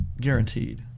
guaranteed